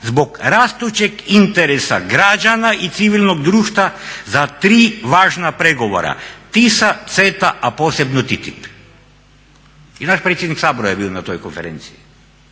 zbog rastućeg interesa građana i civilnog društva za tri važna pregovora, TISA, CETA a posebno TTIP." I naš predsjednik Sabora je bio na toj konferenciji.